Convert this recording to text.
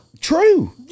True